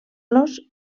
los